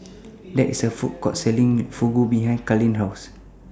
There IS A Food Court Selling Fugu behind Carlyn's House